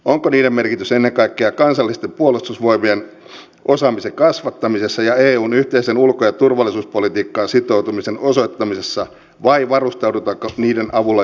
onko niiden merkitys ennen kaikkea kansallisten puolustusvoimien osaamisen kasvattamisessa ja eun yhteiseen ulko ja turvallisuuspolitiikkaan sitoutumisen osoittamisessa vai varustaudutaanko niiden avulla johonkin todelliseen uhkaan